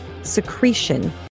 Secretion